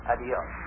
Adios